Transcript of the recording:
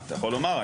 אתה יכול לומר,